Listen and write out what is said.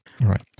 Right